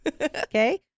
Okay